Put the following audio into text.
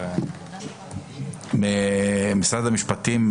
משרד המשפטים,